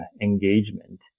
engagement